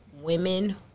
Women